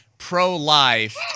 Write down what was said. pro-life